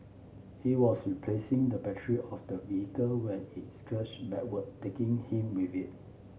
he was replacing the battery of the vehicle when it surged backward taking him with it